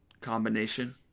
combination